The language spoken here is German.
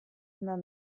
immer